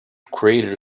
crater